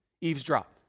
eavesdrop